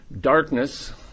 Darkness